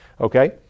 Okay